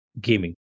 gaming